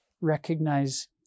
recognize